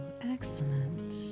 excellent